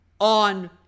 on